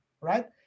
right